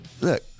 look